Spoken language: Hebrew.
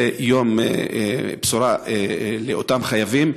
זה יום בשורה לאותם חייבים.